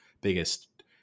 biggest